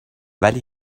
ولی